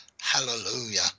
hallelujah